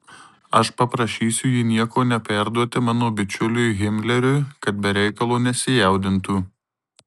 aš paprašysiu jį nieko neperduoti mano bičiuliui himleriui kad be reikalo nesijaudintų